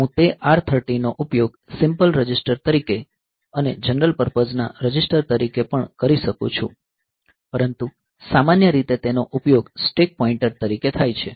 હું તે R 13 નો ઉપયોગ સિમ્પલ રજીસ્ટર તરીકે અને જનરલ પર્પઝ ના રજીસ્ટર તરીકે પણ કરી શકું છું પરંતુ સામાન્ય રીતે તેનો ઉપયોગ સ્ટેક પોઇન્ટર તરીકે થાય છે